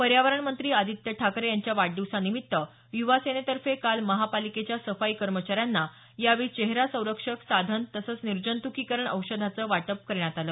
पर्यावरणमंत्री आदित्य ठाकरे यांच्या वाढदिवसानिमित्त युवासेनेतर्फे काल महापालिकेच्या सफाई कर्मचाऱ्यांना यावेळी चेहरा संरक्षक साधन तसंच निर्जंतुकीकरण औषधाचं वाटप करण्यात आलं